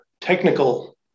technical